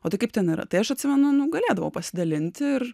o tai kaip ten yra tai aš atsimenu nu nu galėdavau pasidalinti ir